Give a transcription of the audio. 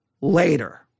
later